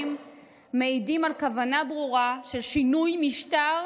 מעידים על כוונה ברורה של שינוי משטר